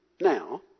now